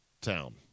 town